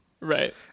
Right